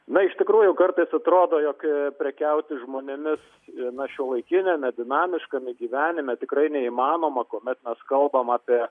na iš tikrųjų kartais atrodo jog prekiauti žmonėmis na šiuolaikiniame dinamiškame gyvenime tikrai neįmanoma kuomet kalbam apie